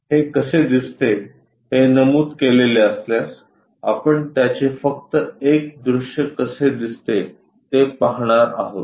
हे कसे दिसते हे नमूद केलेले असल्यास आपण त्याचे फक्त एक दृश्य कसे दिसते ते पाहणार आहोत